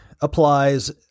applies